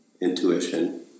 intuition